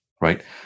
right